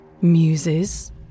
muses